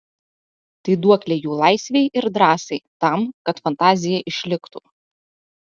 tai duoklė jų laisvei ir drąsai tam kad fantazija išliktų